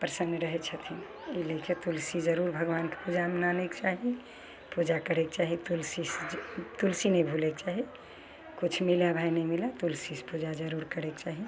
प्रसन्न रहय छथिन ओइ लेखे तुलसी जरूर भगवानके पूजामे आनयके चाही पूजा करयके चाही तुलसीसँ तुलसी नहि भुलयके चाही किछु मिलय भाय नहि मिलय तुलसीसँ पूजा जरूर करयके चाही